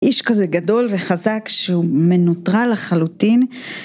איש כזה גדול וחזק שהוא מנוטרל לחלוטין